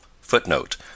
footnote